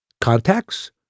contacts